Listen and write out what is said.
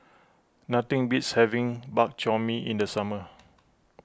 nothing beats having Bak Chor Mee in the summer